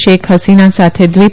શેખ હસીના સાથે દ્વિ